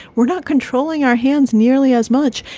we're not controlling our hands nearly as much.